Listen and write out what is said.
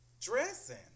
Dressing